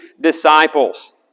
disciples